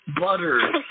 butter